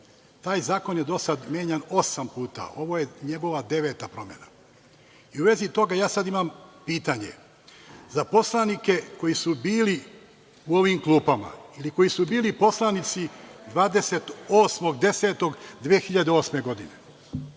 Taj zakon je do sad menjan osam puta. Ovo je njegova deveta promena. U vezi toga, ja sada imam pitanje za poslanike koji su bili u ovim klupama ili koji su bili poslanici 28. oktobra 2008. godine.